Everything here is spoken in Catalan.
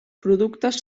productes